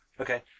Okay